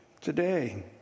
today